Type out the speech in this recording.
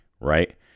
right